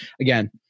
Again